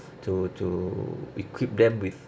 to to equip them with